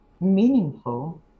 meaningful